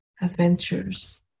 adventures